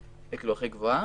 הכי גבוהה.